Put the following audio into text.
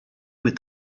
with